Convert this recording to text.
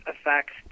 effects